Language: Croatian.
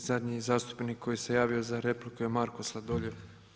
I zadnji zastupnik koji se javio za repliku je Marko Sladoljev.